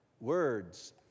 words